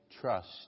trust